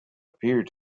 appear